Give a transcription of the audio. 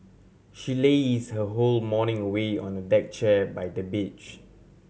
she laze her whole morning away on a deck chair by the beach